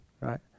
right